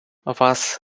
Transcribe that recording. вас